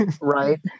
right